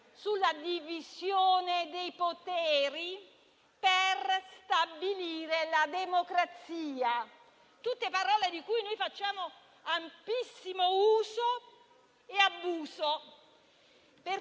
sulla divisione dei poteri per stabilire la democrazia; tutte parole di cui noi facciamo amplissimo uso e abuso,